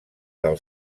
del